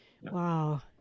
Wow